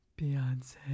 Beyonce